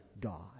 God